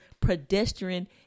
pedestrian